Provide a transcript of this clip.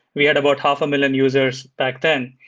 we had about half a million users back then.